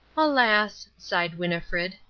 alas, sighed winnifred,